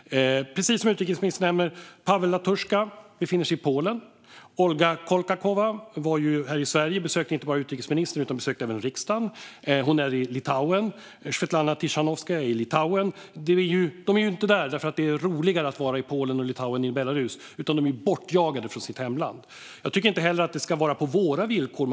Precis som utrikesministern nämner befinner sig Pavel Latusjka i Polen. Olga Kovalkova var här i Sverige och besökte inte bara utrikesministern utan även riksdagen. Hon är i Lituaen. Och Svetlana Tichanovskaja är i Litauen. De är inte i Polen och Litauen för att det är roligare att vara där än i Belarus. De är bortjagade från sitt hemland. Jag tycker inte heller att vi ska bjuda in på våra villkor.